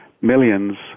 millions